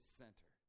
center